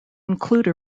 include